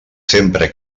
sempre